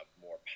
more